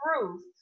proof